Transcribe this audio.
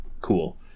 cool